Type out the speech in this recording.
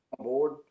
board